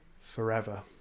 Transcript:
forever